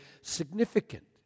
significant